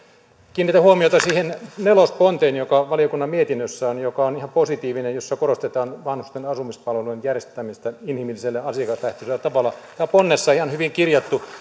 kiinnitän huomiota siihen nelosponteen joka valiokunnan mietinnössä on joka on ihan positiivinen ja jossa korostetaan vanhusten asumispalvelujen järjestämistä inhimillisellä ja asiakaslähtöisellä tavalla tämä on ponnessa ihan hyvin kirjattu